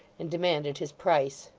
and demanded his price.